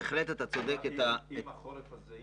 אם בחורף הזה,